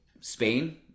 spain